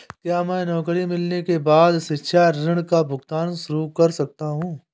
क्या मैं नौकरी मिलने के बाद शिक्षा ऋण का भुगतान शुरू कर सकता हूँ?